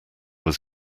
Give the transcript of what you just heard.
was